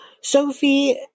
Sophie